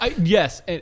yes